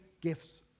gifts